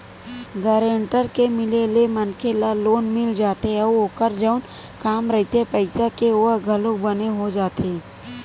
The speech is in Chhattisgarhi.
गारेंटर के मिले ले मनखे ल लोन मिल जाथे अउ ओखर जउन काम रहिथे पइसा के ओहा घलोक बने हो जाथे